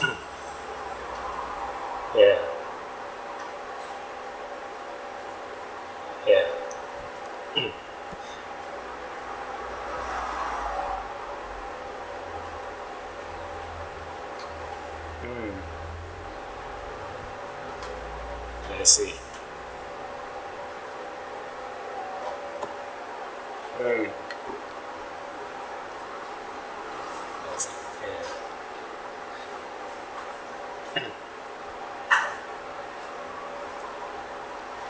ya ya mm I see mm